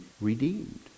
redeemed